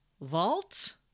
Vault